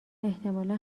احتمالا